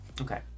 Okay